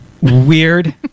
Weird